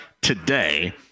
today